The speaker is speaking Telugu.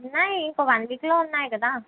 ఉన్నాయి ఇంకొక వన్ వీక్లో ఉన్నాయి కదా